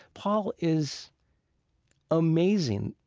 paul is amazing.